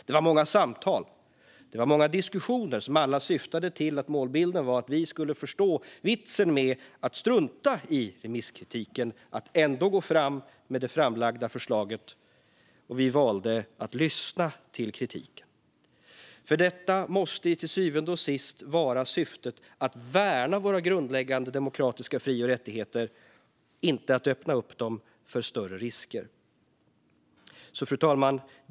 Det var många samtal och diskussioner som alla syftade till att vi skulle förstå vitsen med att strunta i remisskritiken och gå fram med det framlagda förslaget. Vi valde dock att lyssna till kritiken, för till syvende och sist måste syftet vara att värna våra grundläggande demokratiska fri och rättigheter, inte att öppna dem för större risker. Fru talman!